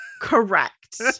Correct